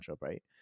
right